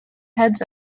heads